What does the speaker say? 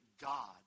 God